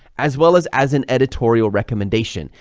as well as as an editorial recommendation.